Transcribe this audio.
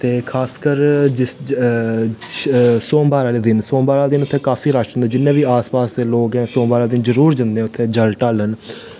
ते खासकर जिस सोमबार आह्ले दिन सोमबार आह्ले दिन उत्थें काफी रश होंदा जिन्ने बी आस पास दे लोग ऐं सोमबार दै दिन जरूर जंदे ऐं उत्थें जल ढालन